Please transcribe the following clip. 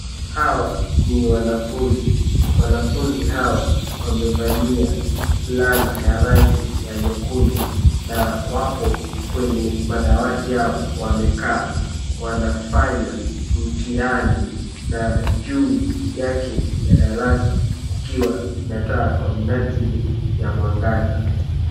Hawa ni wanafunzi. Wanafunzi hawa wamevalia fulana ya rangi ya nyekundu na wapo kwenye madawati yao wamekaa wanafanya mtihani na juu yake ya darasa kukiwa na taa kwa minajili ya mwangaza.